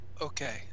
Okay